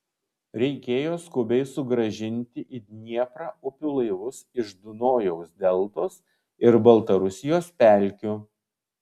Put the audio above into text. reikėjo skubiai sugrąžinti į dnieprą upių laivus iš dunojaus deltos ir baltarusijos pelkių